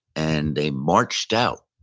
and they marched out,